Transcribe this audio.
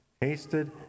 hasted